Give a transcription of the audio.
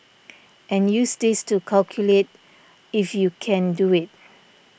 and use this to calculate if you can do it